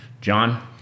John